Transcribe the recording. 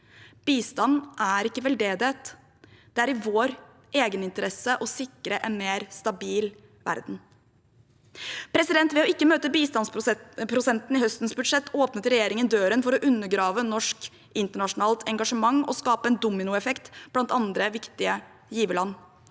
Bistand er ikke veldedighet. Det er i vår egeninteresse å sikre en mer stabil verden. Ved ikke å møte bistandsprosenten i høstens budsjett åpnet regjeringen døren for å undergrave norsk internasjonalt engasjement og skape en dominoeffekt blant andre viktige giverland.